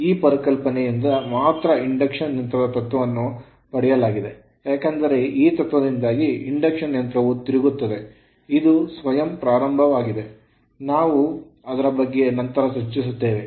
ಈ ಪರಿಕಲ್ಪನೆಯಿಂದ ಮಾತ್ರ ಇಂಡಕ್ಷನ್ ಯಂತ್ರದ ತತ್ವವನ್ನು ಪಡೆಯಲಾಗಿದೆ ಏಕೆಂದರೆ ಈ ತತ್ವದಿಂದಾಗಿ ಇಂಡಕ್ಷನ್ ಯಂತ್ರವು ತಿರುಗುತ್ತದೆ ಇದು ಸ್ವಯಂ ಪ್ರಾರಂಭವಾಗಿದೆ ನಾವು ಅದರ ಬಗ್ಗೆ ನಂತರ ಚರ್ಚಿಸುತ್ತೇವೆ